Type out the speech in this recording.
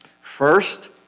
First